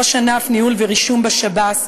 ראש ענף ניהול ורישום בשב"ס,